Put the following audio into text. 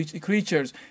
creatures